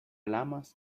lamas